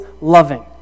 loving